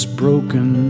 broken